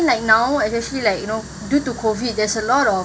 like now is actually like you know due to COVID there's a lot of